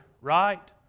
right